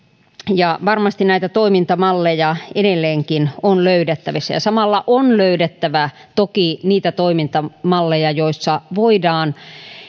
ja varmasti näitä toimintamalleja on edelleenkin löydettävissä samalla on löydettävä toki niitä toimintamalleja joissa voidaan